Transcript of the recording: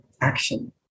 action